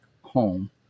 home